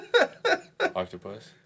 Octopus